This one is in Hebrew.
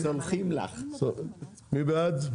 מי בעד?